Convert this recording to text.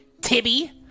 Tibby